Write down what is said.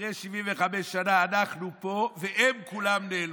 אחרי 75 שנה אנחנו פה והם כולם נעלמו.